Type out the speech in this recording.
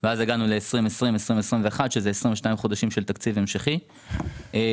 ואז הגענו ל-22 חודשים של תקציב המשכי ב-2020,